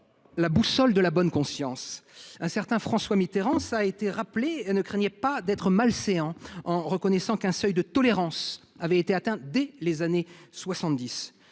la boussole de la bonne conscience. Un certain François Mitterrand, cela a été rappelé, ne craignait pas d’être malséant lorsqu’il reconnaissait qu’un seuil de tolérance avait été atteint dès les années 1970…